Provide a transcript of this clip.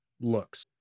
looks